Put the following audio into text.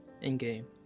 In-game